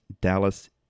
Dallas